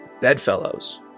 Bedfellows